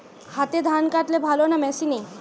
হাতে ধান কাটলে ভালো না মেশিনে?